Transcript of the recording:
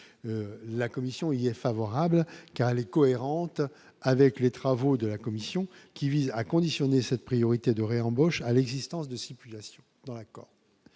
la commission il est favorable, car elle est cohérente avec les travaux de la commission, qui vise à conditionner cette priorité de réembauche à l'existence de stipulation dans l'accord,